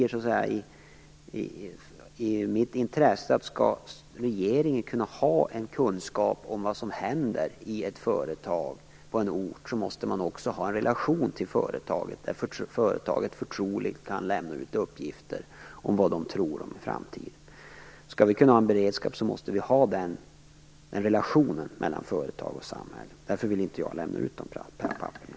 Skall regeringen kunna ha kunskap om vad som händer i ett företag på en ort - och det ligger i mitt intresse - måste man också ha en relation till företaget där företaget förtroligt kan lämna ut uppgifter om vad man tror om framtiden. Skall vi kunna ha en beredskap måste vi ha den relationen mellan företag och samhälle. Därför vill inte jag lämna ut de här papperna.